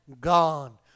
gone